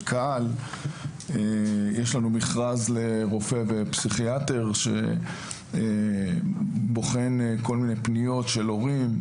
יש לנו מכרז לרופא ופסיכיאטר שבוחן כל מיני פניות של הורים,